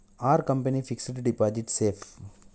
Are company fixed deposit safe?